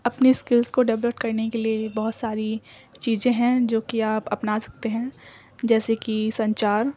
اپنے اسکلس کو ڈیولپ کرنے کے لیے بہت ساری چیزیں ہیں جو کہ آپ اپنا سکتے ہیں جیسے کہ سنچار